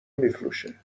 میفروشه